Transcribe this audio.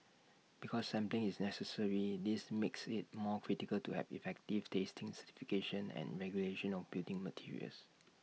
because sampling is necessary this makes IT more critical to have effective testing certification and regulation of building materials